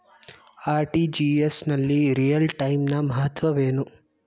RTGS ನಲ್ಲಿ real time ನ ಮಹತ್ವವೇನು?